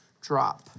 Drop